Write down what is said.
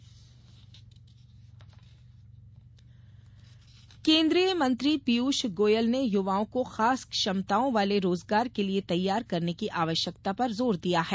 पीयूष गोयल केन्द्रीय मंत्री पीयूष गोयल ने युवाओं को खास क्षमताओं वाले रोजगार के लिए तैयार करने की आवश्यकता पर जोर दिया है